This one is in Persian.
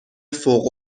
فوق